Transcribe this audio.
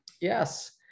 Yes